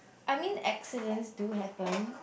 I mean accidents do happen